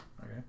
Okay